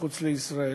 מחוץ לישראל,